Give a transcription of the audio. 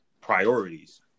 priorities